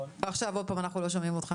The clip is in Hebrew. עכשיו עוד פעם אנחנו לא שומעים אותך.